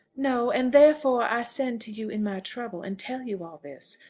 no and therefore i send to you in my trouble, and tell you all this.